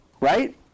right